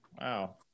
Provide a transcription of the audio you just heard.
Wow